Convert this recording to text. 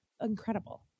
incredible